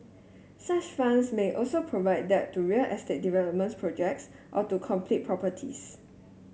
such funds may also provide debt to real estate development projects or to completed properties